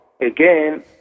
Again